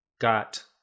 got